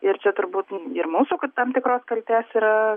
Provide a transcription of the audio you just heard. ir čia turbūt ir mūsų tam tikros kaltes yra